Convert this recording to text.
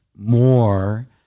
more